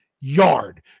yard